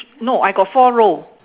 no I got four row